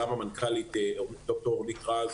גם המנכ"לית ד"ר אורנית רז,